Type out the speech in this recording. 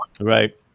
Right